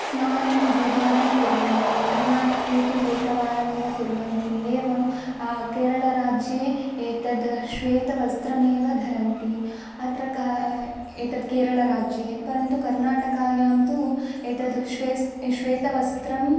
स्नानं द्विवारं कुर्वन्ति कर्नाटके तु एकवारमेव कुर्वन्ति एवं केरलाराज्ये एतद् श्वेतवस्त्रमेव धरन्ति अत्र क एतत् केरलाराज्ये परन्तु कर्नाटकायां तु एतद् श्वेस् श्वेतवस्त्रम्